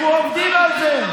אנחנו עובדים על זה.